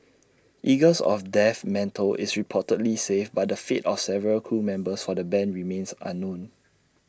eagles of death metal is reportedly safe but the fate of several crew members for the Band remains unknown